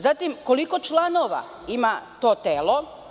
Zatim, koliko članova ima to telo?